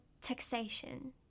taxation